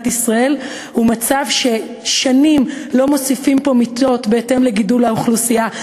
ישראל שנים לא מוסיפים פה מיטות בהתאם לגידול האוכלוסייה,